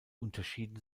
unterschieden